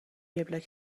وبلاگ